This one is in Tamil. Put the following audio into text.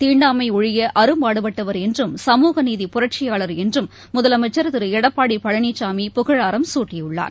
தீண்டாமைஒழியஅரும்பாடுபட்டவர் என்றும் சமூகநீதி புரட்சியாளர் என்றும் முதலமைச்சர் திருடப்பாடிபழனிசாமி புகழாரம் சூட்டியுள்ளார்